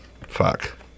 Fuck